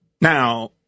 Now